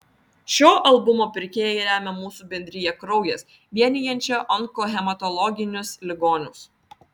šio albumo pirkėjai remia mūsų bendriją kraujas vienijančią onkohematologinius ligonius